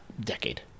decade